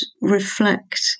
reflect